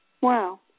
Wow